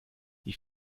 die